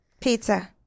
Pizza